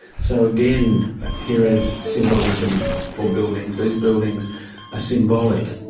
so again here is symbolism for buildings. these buildings are symbolic.